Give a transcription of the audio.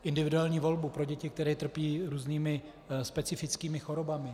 Individuální volbu pro děti, které trpí různými specifickými chorobami.